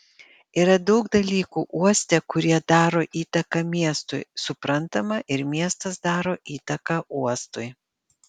yra daug dalykų uoste kurie daro įtaką miestui suprantama ir miestas daro įtaką uostui